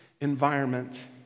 Environment